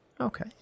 Okay